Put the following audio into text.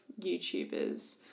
YouTubers